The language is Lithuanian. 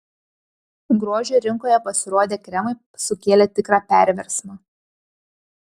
grožio rinkoje pasirodę kremai sukėlė tikrą perversmą